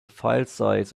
filesize